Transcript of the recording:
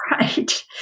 Right